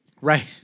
Right